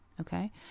Okay